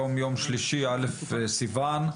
היום יום שלישי, א' בסיוון,